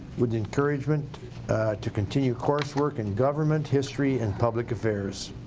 with encouragement to continue coursework in government, history and public affairs.